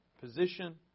Position